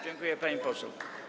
Dziękuję, pani poseł.